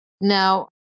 Now